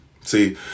See